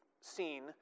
seen